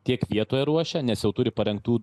tiek vietoj ruošia nes jau turi parengtų